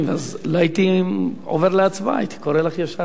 לא הייתי עובר להצבעה, הייתי קורא לך ישר לפה.